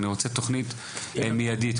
אני רוצה קודם כל למצוא תוכנית עם פתרונות מידיים,